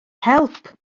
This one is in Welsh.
help